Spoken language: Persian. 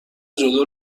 جلو